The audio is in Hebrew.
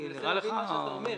אני נראה לך שונה?